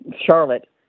Charlotte